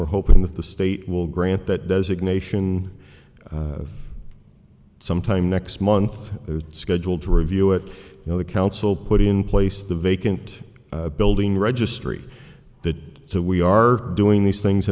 we're hoping that the state will grant that designation sometime next month scheduled to review it you know the council put in place the vacant building registry that we are doing these things